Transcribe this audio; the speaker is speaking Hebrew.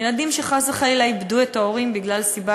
ילדים שחס וחלילה איבדו את ההורים מסיבה